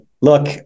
Look